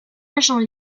agent